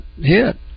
hit